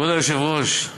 כבוד היושב-ראש,